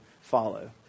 follow